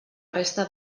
resta